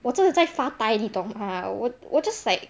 like 我真的在发呆你懂吗我我 just like